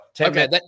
Okay